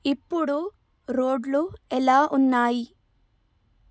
ఇప్పుడు రోడ్లు ఎలా ఉన్నాయి